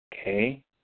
Okay